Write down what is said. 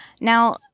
Now